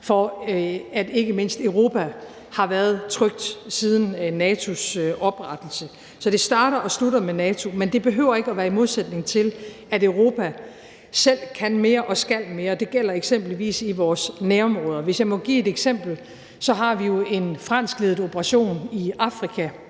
for, at ikke mindst Europa har været trygt, og det er, siden NATO's oprettelse. Så det starter og slutter med NATO, men det behøver ikke at være i modsætning til, at Europa selv kan mere og skal mere. Det gælder eksempelvis i vores nærområder. Hvis jeg må give et eksempel, har vi jo en franskledet operation i Afrika,